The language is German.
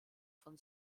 von